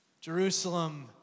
Jerusalem